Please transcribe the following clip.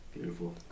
beautiful